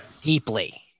Deeply